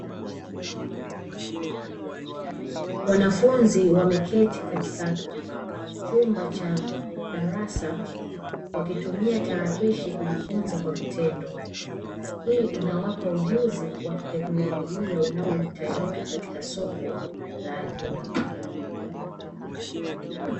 Wanafunzi wameketi katika chumba cha darasa wakitumia tarakishi kujifunza kwa vitendo, hii inawapa ujuzi wa kiteknolojia unaohitajika katika soko la ajira.